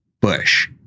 bush